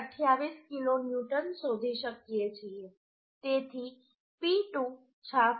28 kilonewton શોધી શકીએ છીએ તેથી P2 66